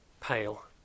pale